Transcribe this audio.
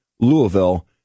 Louisville